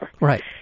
Right